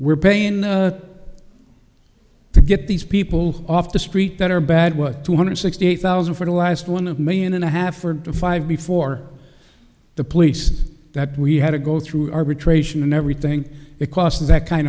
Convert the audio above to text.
we're paying to get these people off the street that are bad two hundred sixty eight thousand for the last one million and a half or five before the police that we had to go through arbitration and everything it cost that kind